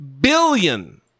billion